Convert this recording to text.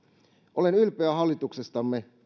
olen ylpeä hallituksestamme